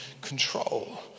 control